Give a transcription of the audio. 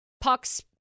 pucks